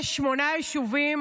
יש שמונה יישובים,